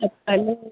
या पहले